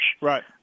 Right